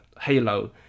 Halo